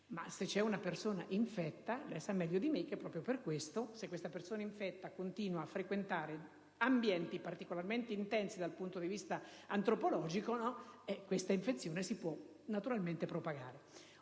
ma se c'è una persona infetta lei sa meglio di me che proprio per questo, se questa persona infetta continua a frequentare ambienti particolarmente intensi dal punto di vista antropico, questa infezione si può naturalmente propagare.